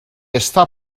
està